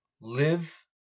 live